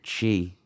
chi